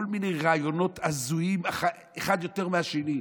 בכל מיני רעיונות שאחד יותר הזוי מהשני.